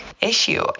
issue